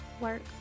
work